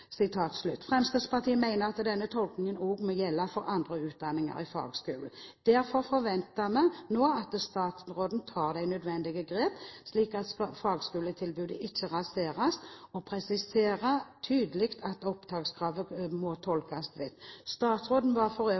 Fremskrittspartiet mener at denne tolkningen også må gjelde for andre utdanninger i fagskolen. Derfor forventer vi nå at statsråden tar de nødvendige grep, slik at fagskoletilbudet ikke raseres, og presiserer tydelig at opptakskravet må tolkes vidt. Statsråden var for øvrig